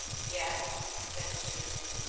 yes, said mr. duggan.